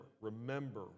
remember